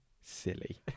silly